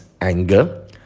anger